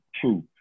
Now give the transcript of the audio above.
True